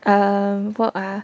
err work ah